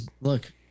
look